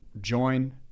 join